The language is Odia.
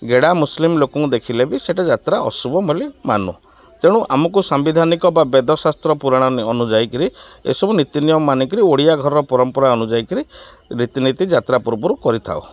ଗେଡ଼ା ମୁସଲିମ୍ ଲୋକଙ୍କୁ ଦେଖିଲେ ବି ସେଇଟା ଯାତ୍ରା ଅଶୁଭ ବୋଲି ମାନୁ ତେଣୁ ଆମକୁ ସାମ୍ବିଧାନିକ ବା ବେଦଶାସ୍ତ୍ର ପୁରାଣ ଅନୁଯାୟୀକିରି ଏସବୁ ନୀତିନିୟମ ମାନିକିରି ଓଡ଼ିଆ ଘରର ପରମ୍ପରା ଅନୁଯାୟୀକିରି ରୀତିନୀତି ଯାତ୍ରା ପୂର୍ବରୁ କରିଥାଉ